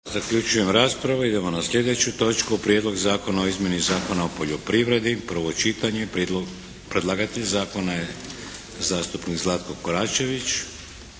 zaključujem raspravu. **Šeks, Vladimir (HDZ)** Prijedlog zakona o izmjeni Zakona o poljoprivredi. Predlagatelj zakona je zastupnik Zlatko Koračević.